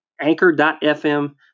anchor.fm